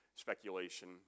Speculation